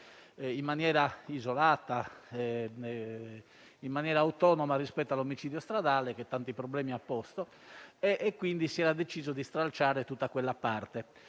in maniera isolata e autonoma rispetto all'omicidio stradale, che tanti problemi ha posto. Quindi si era deciso di stralciare tutta quella parte.